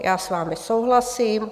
Já s vámi souhlasím.